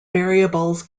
variables